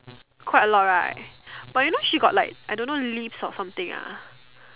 quite a lot right but you know she got like I don't know lisp or something ah